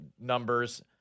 numbers